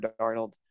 Darnold